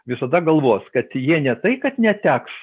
visada galvos kad jie ne tai kad neteks